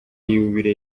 yubile